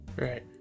Right